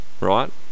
right